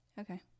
okay